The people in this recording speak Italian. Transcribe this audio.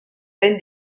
ben